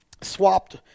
swapped